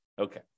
Okay